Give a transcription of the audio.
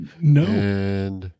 No